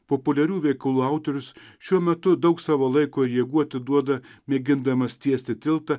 populiarių veikalų autorius šiuo metu daug savo laiko ir jėgų atiduoda mėgindamas tiesti tiltą